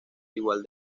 igual